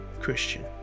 Christian